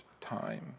time